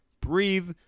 breathe